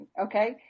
Okay